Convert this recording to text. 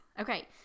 Okay